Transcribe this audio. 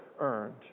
earned